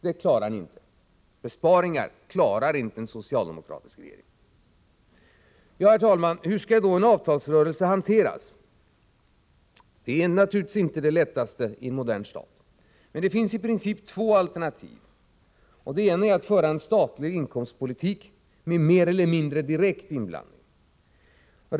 Det klarar ni inte — besparingar klarar inte en socialdemokratisk regering! Herr talman! Hur skall då en avtalsrörelse hanteras? Det är naturligtvis inte det lättaste i en modern stat. Men det finns i princip två alternativ. Det ena är att föra en statlig inkomstpolitik med mer eller mindre direkt inblandning.